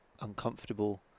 uncomfortable